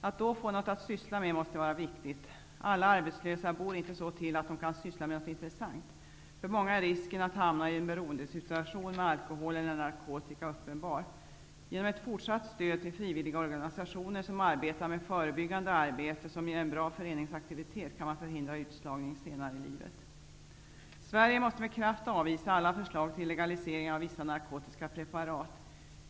Att då få något att syssla med måste vara viktigt. Alla ar betslösa bor inte så till att de kan syssla med något intressant. För många är risken att hamna i ett be roende av alkohol eller narkotika uppenbar. Ge nom ett fortsatt stöd till frivilligorganisationer som arbetar förebyggande, som ger en bra före ningsaktivitet, kan man förhindra utslagning se nare i livet. Sverige måste med kraft avvisa alla förslag till legalisering av vissa narkotiska preparat.